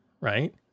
right